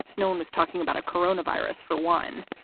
no one was talking about a corona virus, for one,